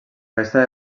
resta